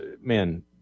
man